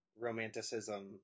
romanticism